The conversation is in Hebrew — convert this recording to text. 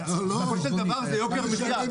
בסופו של דבר זה יוקר מחיה.